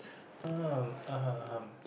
um (uh huh) (uh huh)